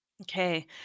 Okay